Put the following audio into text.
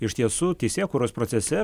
iš tiesų teisėkūros procese